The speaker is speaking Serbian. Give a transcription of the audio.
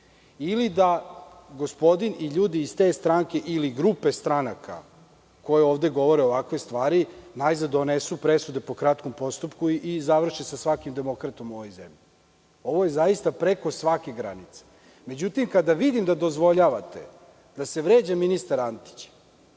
ili da gospodin i ljudi iz te stranke ili grupe stranaka koji ovde govore ovakve stvari najzad donesu presude po kratkom postupku i završe sa svakim demokratom u ovoj zemlji? Ovo je zaista preko svake granice.Međutim, kada vidim da dozvoljavate da se vređa ministar Antić,